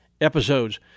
episodes